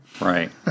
Right